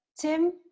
Tim